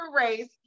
race